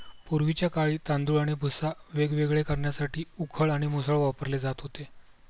पूर्वीच्या काळी तांदूळ आणि भुसा वेगवेगळे करण्यासाठी उखळ आणि मुसळ वापरले जात होते